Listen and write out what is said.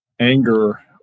anger